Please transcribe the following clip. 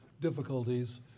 difficulties